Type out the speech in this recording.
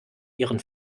ihren